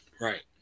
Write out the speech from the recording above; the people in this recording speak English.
Right